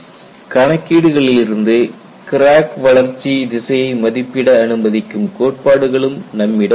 கணக்கீடுகளிலிருந்து crack வளர்ச்சி திசையை மதிப்பிட அனுமதிக்கும் கோட்பாடுகளும் நம்மிடம் உள்ளன